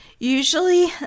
Usually